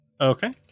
Okay